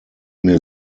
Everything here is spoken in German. mir